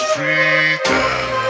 Freedom